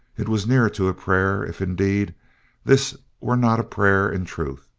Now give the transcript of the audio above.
it was near to a prayer, if indeed this were not a prayer in truth.